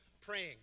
praying